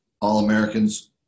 All-Americans